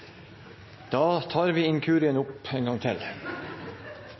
Da tar vi